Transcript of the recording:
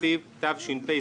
תקציב תש"פ,